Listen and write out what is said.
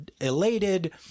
elated